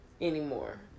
anymore